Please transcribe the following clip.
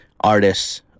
artists